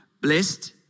Blessed